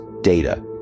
data